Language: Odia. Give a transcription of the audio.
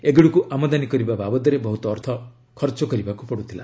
ଏଗୁଡ଼ିକୁ ଆମଦାନୀ କରିବା ବାବଦରେ ବହୁତ ଅର୍ଥ ଖର୍ଚ୍ଚ କରିବାକୁ ପଡ଼ୁଥିଲା